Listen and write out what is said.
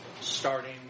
Starting